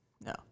No